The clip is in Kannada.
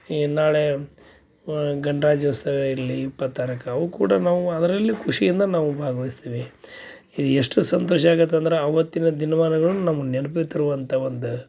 ಈಗ ನಾಳೆ ಗಣರಾಜ್ಯೋತ್ಸವ ಇಲ್ಲಿ ಇಪ್ಪತ್ತಾರಕ್ಕೆ ಅವು ಕೂಡ ನಾವು ಅದರಲ್ಲಿ ಖುಷಿಯಿಂದ ನಾವು ಭಾಗವಹಿಸ್ತೀವಿ ಎಷ್ಟು ಸಂತೋಷ ಆಗತ್ತಂದ್ರೆ ಅವತ್ತಿನ ದಿನಮಾನಗಳು ನಮ್ಗೆ ನೆನ್ಪಿಗೆ ತರುವಂಥ ಒಂದು